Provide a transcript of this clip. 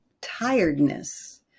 tiredness